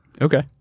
Okay